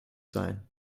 sein